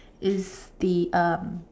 is the uh